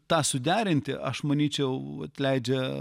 tą suderinti aš manyčiau atleidžia